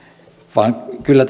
vaan kyllä